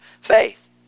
faith